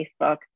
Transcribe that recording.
Facebook